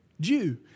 Jew